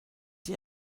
die